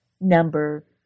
number